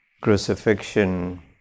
crucifixion